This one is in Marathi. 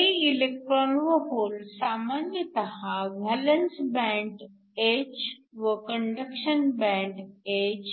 हे इलेक्ट्रॉन व होल सामान्यतः व्हॅलन्स बँड h व कंडक्शन बँड h